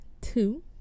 two